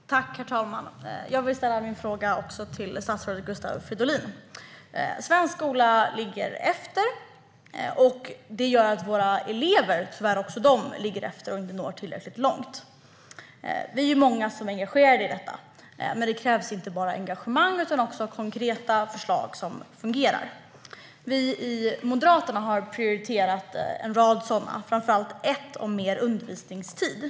Herr talman! Jag vill också ställa min fråga till statsrådet Gustav Fridolin. Svensk skola ligger efter. Det gör tyvärr också att våra elever ligger efter och inte når tillräckligt långt. Vi är många som är engagerade i detta. Men det krävs inte bara engagemang utan också konkreta förslag som fungerar. Vi i Moderaterna har prioriterat en rad sådana, framför allt ett förslag om mer undervisningstid.